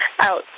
out